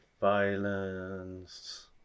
violence